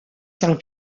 saint